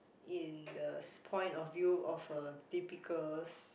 in the point of view of a typical